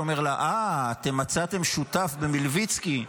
והוא אומר לה: אתם מצאתם את מלביצקי שותף,